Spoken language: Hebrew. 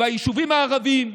ביישובים הערביים,